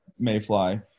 Mayfly